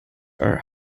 are